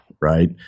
Right